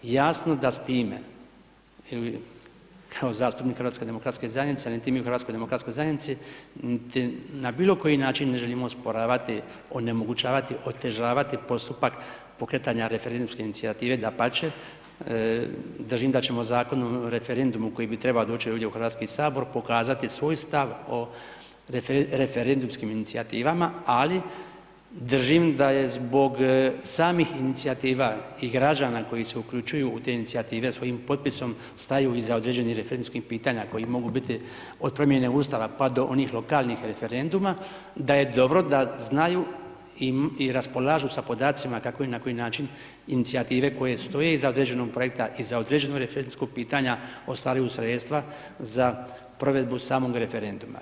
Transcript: Jasno da s time, kao zastupnik HDZ-a niti mi u HDZ-u niti na bilo koji način ne želimo osporavati, onemogućavati, otežavati postupak pokretanja referendumske inicijative, dapače, držim da ćemo Zakonom o referendumu koji bi trebao doći ovdje u HS pokazati svoj stav o referendumskim inicijativama, ali držim da je zbog samih inicijativa i građana koji se uključuju u te inicijative svojim potpisom staju iza određenih referendumskih pitanja koji mogu biti, od promjene ustava pa do onih lokalnih referenduma, da je dobro da znaju i raspolažu sa podacima kako i na koji način inicijative koje stoje iza određenog projekta i za određenog referendumskog pitanja ostvaruju sredstva za provedbu samog referenduma.